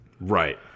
Right